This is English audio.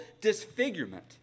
disfigurement